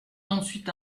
ensuite